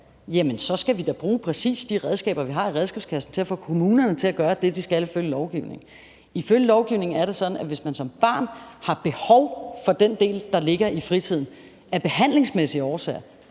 så skal vi da bruge præcis de redskaber, vi har i redskabskassen, til at få kommunerne til at gøre det, de skal ifølge lovgivningen. Ifølge lovgivningen er det sådan, at hvis man som barn af behandlingsmæssige årsager